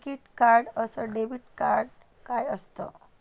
टिकीत कार्ड अस debit card काय असत?